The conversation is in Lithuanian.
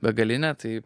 begalinė tai